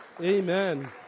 Amen